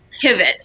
pivot